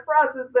process